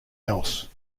else